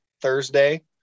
Thursday